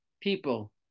people